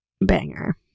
Banger